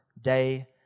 day